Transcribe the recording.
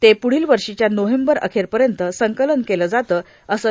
तो प्ढील वर्षीच्या नोव्हेंबर अखेरपर्यंत संकलन केले जाते असे श्री